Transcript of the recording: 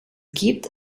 gibt